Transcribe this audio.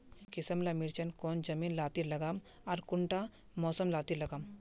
किसम ला मिर्चन कौन जमीन लात्तिर लगाम आर कुंटा मौसम लात्तिर लगाम?